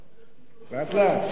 לאט-לאט.